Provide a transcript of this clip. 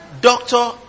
doctor